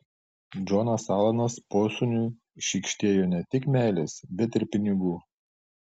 džonas alanas posūniui šykštėjo ne tik meilės bet ir pinigų